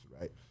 right